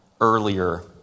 earlier